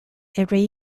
every